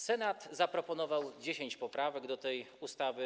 Senat zaproponował 10 poprawek do tej ustawy.